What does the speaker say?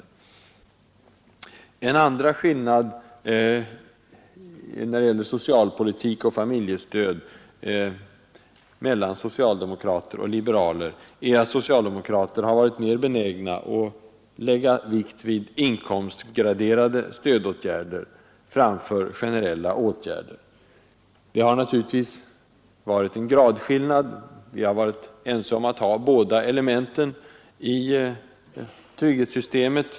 Den andra skillnaden i socialpolitik och familjestöd mellan socialdemokrater och liberaler är att socialdemokraterna har varit mer benägna att lägga vikt vid inkomstgraderade stödåtgärder framför generella åtgärder. Det har givetvis varit en gradskillnad. Vi har varit ense om att ha båda elementen i trygghetssystemen.